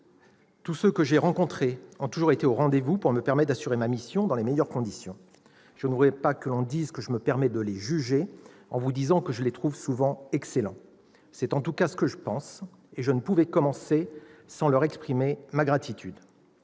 Tous ceux que j'ai rencontrés ont toujours été au rendez-vous pour me permettre d'assurer ma mission dans les meilleures conditions. Je ne voudrais pas que l'on dise que je me permets de les juger en vous confiant que je les trouve souvent excellents. C'est en tout cas ce que je pense, et je ne pouvais commencer mon intervention sans leur exprimer ma gratitude.